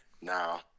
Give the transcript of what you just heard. now